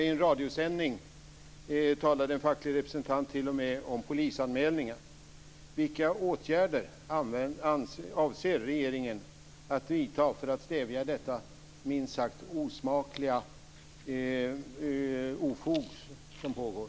I en radiosändning talade en facklig representant t.o.m. om polisanmälningar.